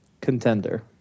contender